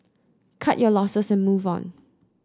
cut your losses and move on